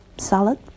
salad